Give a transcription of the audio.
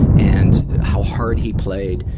and how hard he played,